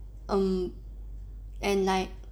um and like